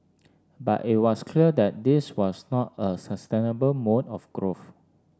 but it was clear that this was not a sustainable mode of growth